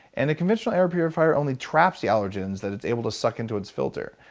and a conventional air purifier only traps the allergens that it's able to suck into its filter.